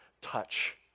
touch